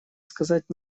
сказать